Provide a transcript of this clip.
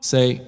Say